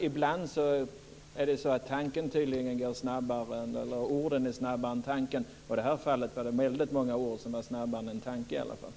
Ibland är tydligen orden snabbare än tanken. I det här fallet var det väldigt många ord som var snabbare än en tanke.